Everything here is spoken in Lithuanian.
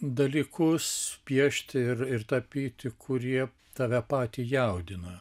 dalykus piešti ir ir tapyti kurie tave patį jaudina